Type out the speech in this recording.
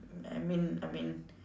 I mean I mean